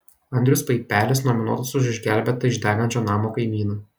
andrius paipelis nominuotas už išgelbėtą iš degančio namo kaimyną